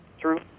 true